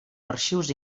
arxius